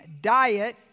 diet